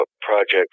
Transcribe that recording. project